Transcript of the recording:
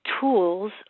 tools